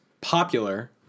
popular